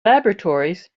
laboratories